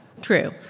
True